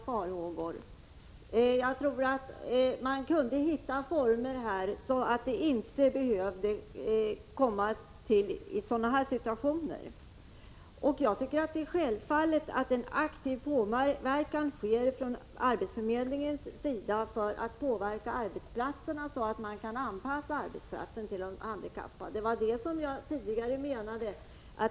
Det borde vara möjligt att hitta lösningar så att sådana här situationer inte behövde uppstå. Det är självklart att arbetsförmedlingen bedriver en aktiv påverkan för att arbetsplatserna skall anpassas till de handikappade.